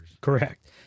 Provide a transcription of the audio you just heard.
Correct